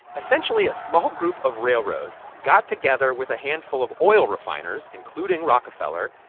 essentially, a small group of railroads got together with a handful of oil refiners, including rockefeller.